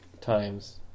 times